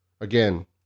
again